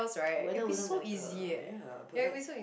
weather wouldn't matter ya but like